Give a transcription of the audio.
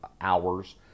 hours